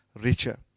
richer